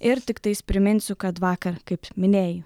ir tiktais priminsiu kad vakar kaip minėjai